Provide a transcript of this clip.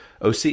OC